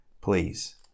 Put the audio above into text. please